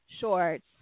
shorts